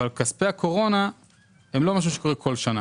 אבל כספי הקורונה הם לא משהו שקורה כל שנה